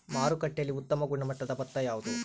ಮಾರುಕಟ್ಟೆಯಲ್ಲಿ ಉತ್ತಮ ಗುಣಮಟ್ಟದ ಭತ್ತ ಯಾವುದು?